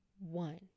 one